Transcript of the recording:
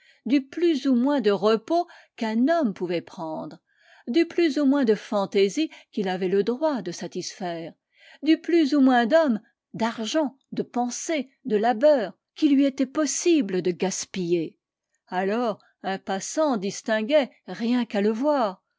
du plus ou moins de repos qu'un homme pouvait prendre du plus ou moins de fantaisies qu'il avait le droit de satisfaire du plus ou moins d'hommes d'argent de pensées de labeurs qu'il lui était possible de gaspiller alors un passant distinguait rien qu'à le voir